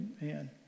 man